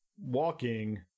walking